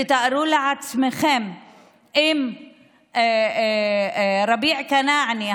תתארו לעצמכם אם לרביע כנאענה,